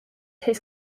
his